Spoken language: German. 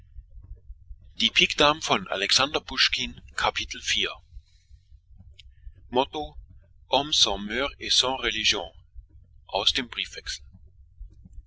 übersetzungen aus dem